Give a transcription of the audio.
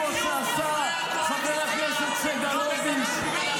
כמו שעשה חבר הכנסת סגלוביץ',